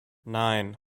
nine